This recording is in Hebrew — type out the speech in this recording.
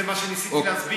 זה מה שניסיתי להסביר.